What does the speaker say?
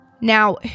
Now